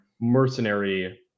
mercenary